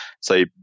say